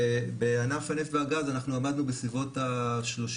בענף הנפט והגז אנחנו עמדנו בסביבות ה-30%